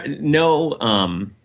no